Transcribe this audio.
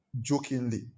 jokingly